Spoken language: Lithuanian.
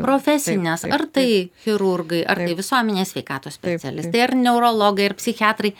profesines ar tai chirurgai ar tai visuomenės sveikatos specialistai ar neurologai ir psichiatrai